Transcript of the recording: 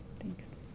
Thanks